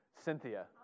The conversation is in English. Cynthia